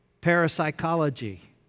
parapsychology